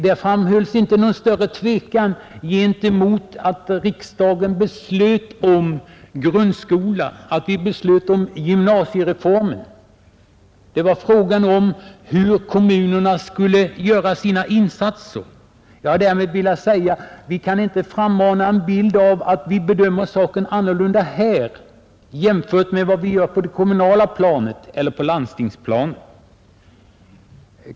Det framfördes inte någon större tvekan inför att riksdagen beslöt om grundskolan eller om gymnasiereformen. Det var fråga om hur kommunerna skulle göra sina insatser. Jag vill med detta säga att vi inte kan frammana en bild av att vi bedömer saken annorlunda här än vi gör på det kommunala planet eller på landstingsplanet.